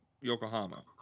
Yokohama